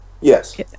Yes